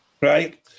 right